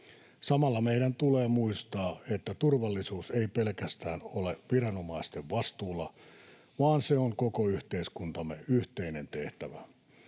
Samalla meidän tulee muistaa, että turvallisuus ei ole pelkästään viranomaisten vastuulla, vaan se on koko yhteiskuntamme yhteinen tehtävä.